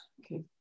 Okay